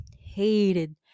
hated